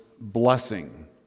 blessing